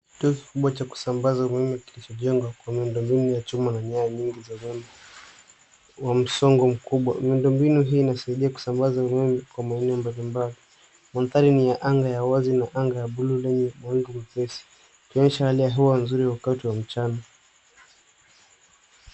Kituo kikubwa cha kusambaza umeme kilichojengwa kwa miundo mbinu ya chuma na nyaya nyizi za umeme, wamsongo mkubwa. Miundombinu hii inasaidia kusambaza umeme kwa maeneo mbalimbali. Manthari ni ya anga ya uwazi na anga ya buluu lenye wingu nyepesi, ikionyesha hali ya hewa nzuri wakati wa mchana.